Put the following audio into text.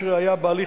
בעד,